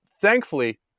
Thankfully